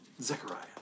Zechariah